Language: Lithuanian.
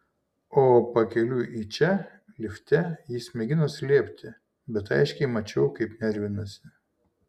o pakeliui į čia lifte jis mėgino slėpti bet aiškiai mačiau kaip nervinasi